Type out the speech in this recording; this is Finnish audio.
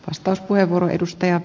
arvoisa puhemies